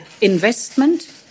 investment